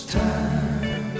time